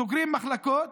סוגרים מחלקות,